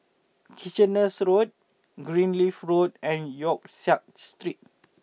Kitchener Road Greenleaf Road and Yong Siak Street